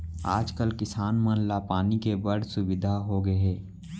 आज कल किसान मन ला पानी के बड़ सुबिधा होगे हे